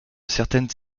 certaines